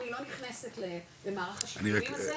אני לא נכנסת למערך השיקולים הזה.